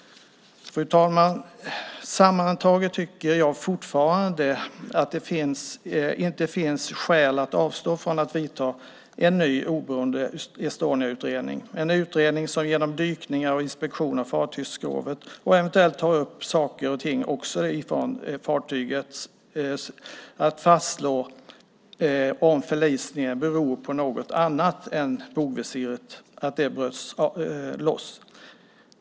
Fru talman! Sammantaget tycker jag fortfarande att det inte finns skäl att avstå från att göra en ny oberoende Estoniautredning, en utredning som genom dykningar och inspektion av fartygsskrovet och eventuellt genom att ta upp saker och ting från fartyget kan fastslå om förlisningen beror på något annat än att bogvisiret bröts loss.